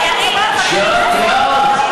יש פה חבר כנסת, שאת תיארת?